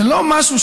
זה לא משהו,